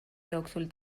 jooksul